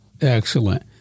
Excellent